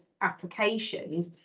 applications